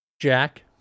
Jack